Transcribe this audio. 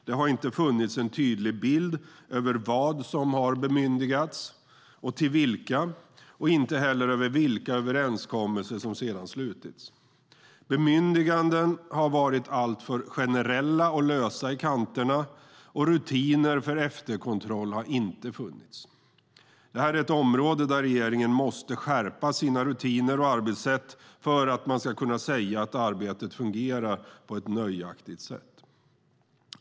Det har inte funnits en klar bild över vad som har bemyndigats och till vilka och inte heller över vilka överenskommelser som slutits. Bemyndiganden har varit alltför generella och lösa i kanterna, och rutiner för efterkontroll har inte funnits. Det här är ett område där regeringen måste skärpa sina rutiner och arbetssätt för att man ska kunna säga att arbetet fungerar på ett nöjaktigt sätt.